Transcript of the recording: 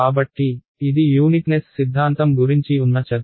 కాబట్టి ఇది యూనిక్నెస్ సిద్ధాంతం గురించి ఉన్న చర్చ